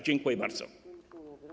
Dziękuję bardzo.